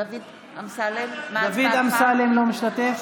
דוד אמסלם לא משתתף?